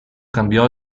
cambiò